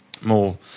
more